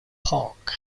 park